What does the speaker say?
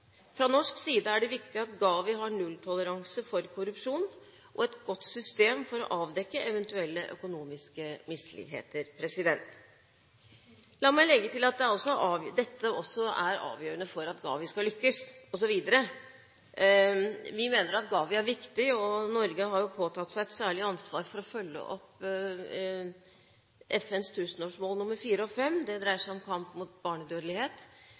Fra norsk side er det viktig at GAVI har nulltoleranse for korrupsjon og et godt system for å avdekke eventuelle økonomiske misligheter. La meg legge til at dette er avgjørende for at GAVI skal lykkes også videre. Vi mener at GAVI er viktig. Norge har påtatt seg et særlig ansvar for å følge opp FNs tusenårsmål nr. 4 og 5, som dreier seg om kamp mot barnedødelighet